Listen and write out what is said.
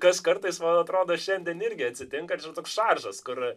kas kartais man atrodo šiandien irgi atsitinka toks šaržas kur